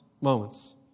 Moments